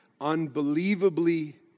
Unbelievably